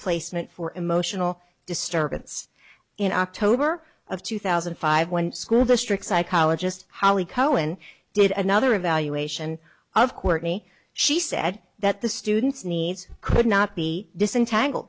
placement for emotional disturbance in october of two thousand and five when school district psychologist holly cohen did another evaluation of courtney she said that the students needs could not be disentangle